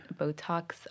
Botox